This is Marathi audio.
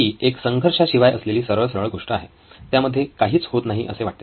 ही एक संघर्षाशिवाय असलेली सरळ सरळ गोष्ट आहे त्यामध्ये काहीच होत नाही असे वाटते